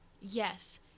yes